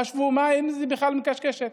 חשבו: מה היא בכלל מקשקשת?